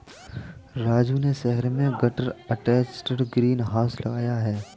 राजू ने शहर में गटर अटैच्ड ग्रीन हाउस लगाया है